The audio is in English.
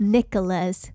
Nicholas